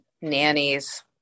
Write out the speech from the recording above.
nannies